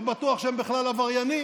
לא בטוח שהם בכלל עבריינים,